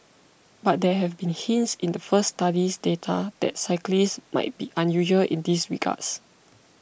but there had been hints in the first study's data that the cyclists might be unusual in these regards